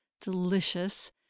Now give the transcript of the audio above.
delicious